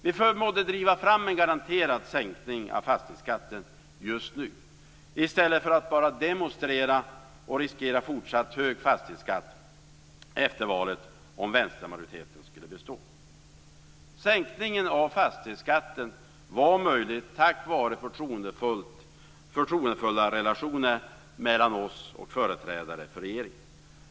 Vi förmådde driva fram en garanterad sänkning av fastighetsskatten just nu i stället för att bara demonstrera och riskera fortsatt hög fastighetsskatt efter valet om vänstermajoriteten skulle bestå. Sänkningen av fastighetsskatten var möjlig tack vare förtroendefulla relationer mellan oss och företrädare för regeringen.